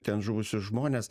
ten žuvusius žmones